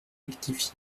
rectifié